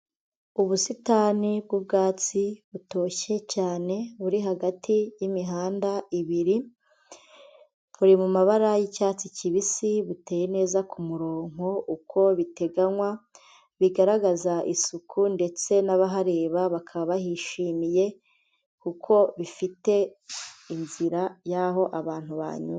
Ubusitani bw'ubwatsi butoshye cyane buri hagati y'imihanda ibiri, buri mu mabara y'icyatsi kibisi, buteye neza ku murongo uko biteganywa, bigaragaza isuku ndetse n'abahareba bakaba bahishimiye kuko bifite inzira y'aho abantu banyura.